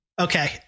Okay